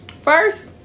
first